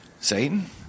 Satan